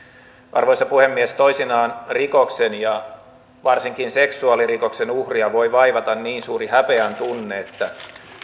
arvoisa puhemies toisinaan rikoksen ja varsinkin seksuaalirikoksen uhria voi vaivata niin suuri häpeäntunne että